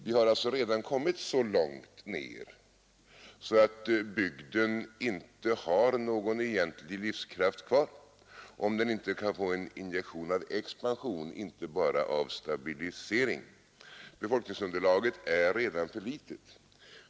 Vi har alltså redan kommit så långt ner att bygden inte har någon egentlig livskraft kvar, om den inte kan få en injektion av expansion, inte bara av stabilisering. Befolkningsunderlaget är redan för litet.